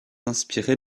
inspirée